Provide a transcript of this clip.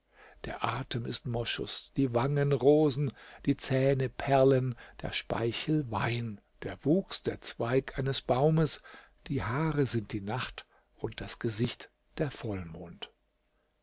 der atem ist moschus die wangen rosen die zähne perlen der speichel wein der wuchs der zweig eines baumes die haare sind die nacht und das gesicht der vollmond